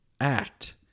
act